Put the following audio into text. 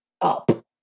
up